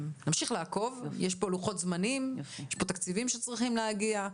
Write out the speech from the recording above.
הוא לא מתחבר, הוא לא מצליח להתחבר?